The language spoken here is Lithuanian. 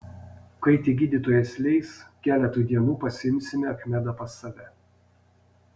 kai tik gydytojas leis keletui dienų pasiimsime achmedą pas save